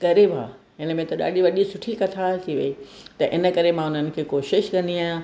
अरे वाहु हिन में त ॾाढी वॾी सुठी कथा थी वई त इन करे मां हुननि खे कोशिश कंदी आहियां